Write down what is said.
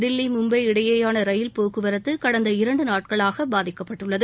தில்லி மும்பை இடையேயான ரயில் போக்குவரத்து கடந்த இரண்டு நாட்களாக பாதிக்கப்பட்டுள்ளது